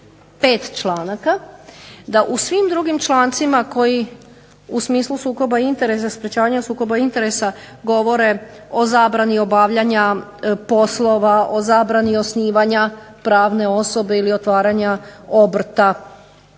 5 članaka, da u svim drugim člancima koji u smislu sukoba interesa, sprečavanja sukoba interesa govore o zabrani obavljanja poslova, o zabrani osnivanja pravne osobe ili otvaranja obrta,